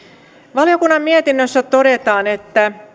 valiokunnan mietinnössä todetaan että